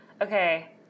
Okay